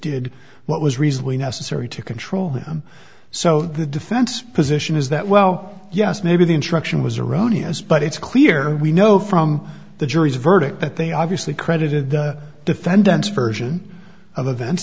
did what was reasonably necessary to control them so the defense position is that well yes maybe the instruction was erroneous but it's clear we know from the jury's verdict that they obviously credited the defendant's version of events